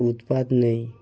উৎপাদ নেই